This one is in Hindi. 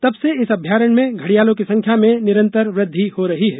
तब से इस अभ्यारण्य में घडियालों की संख्या में निरंतर वृद्धि हो रही है